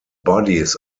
bodies